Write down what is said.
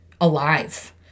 alive